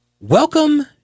Welcome